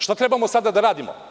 Šta trebamo sada da radimo?